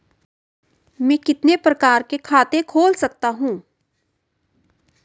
मैं कितने प्रकार का खाता खोल सकता हूँ?